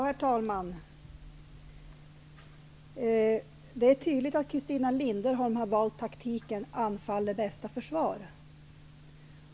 Herr talman! Det är tydligt att Christina Linderholm har valt taktiken anfall är bästa försvar.